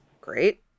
Great